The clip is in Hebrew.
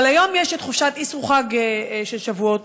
היום יש חופשת אסרו חג של שבועות.